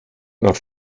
nach